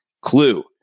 Clue